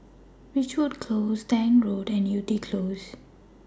Ridgewood Close Tank Road and Yew Tee Close